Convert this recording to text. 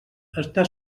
estar